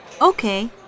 Okay